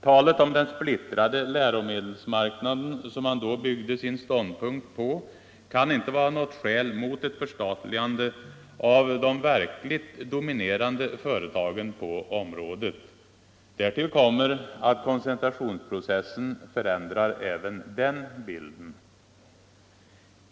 Talet om den splittrade läromedelsmarknaden - som man då byggde sin ståndpunkt på — kan inte vara något skäl mot ett förstatligande av de verkligt dominerande företagen på området. Därtill kommer att koncentrationsprocessen förändrar även den bilden.